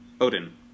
Odin